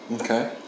Okay